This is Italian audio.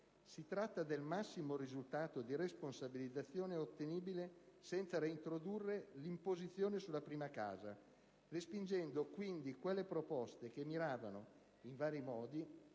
Si tratta del massimo risultato di responsabilizzazione ottenibile, senza reintrodurre l'imposizione sulla prima casa, respingendo quindi quelle proposte che miravano, in vari modi,